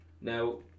Now